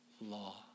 law